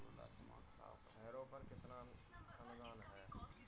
Harrow पर कितना अनुदान है?